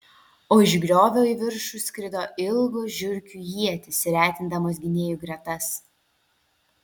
o iš griovio į viršų skrido ilgos žiurkių ietys retindamos gynėjų gretas